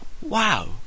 Wow